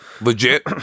legit